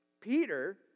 Peter